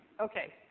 Okay